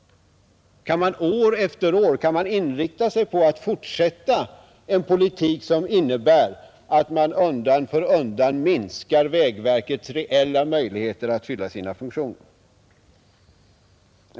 Kan man inrikta sig på att år efter år fortsätta en politik som innebär att man undan för undan minskar vägverkets reella möjligheter att fullgöra sina funktioner?